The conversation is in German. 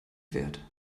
wert